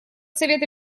совета